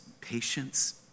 patience